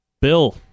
Bill